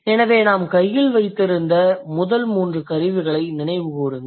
எனவே நாம் கையில் வைத்திருந்த முதல் 3 கருவிகளை நினைவு கூறுங்கள்